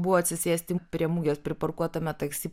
buvo atsisėsti prie mugės pripumpuotame taksi